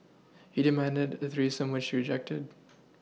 he demanded a threesome which she rejected